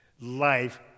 life